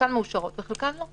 חלקן מאושרות וחלקן לא.